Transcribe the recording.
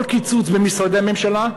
כל קיצוץ במשרדי הממשלה,